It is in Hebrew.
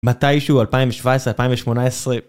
מתי שהוא? 2017? 2018?